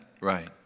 Right